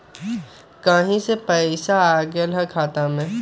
कहीं से पैसा आएल हैं खाता में?